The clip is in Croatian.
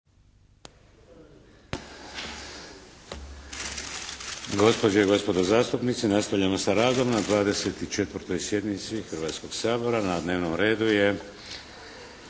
Gospođe i gospodo zastupnici započinjemo radom na 24. sjednici Hrvatskog sabora. Na dnevnom redu je